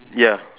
ya